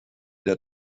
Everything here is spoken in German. der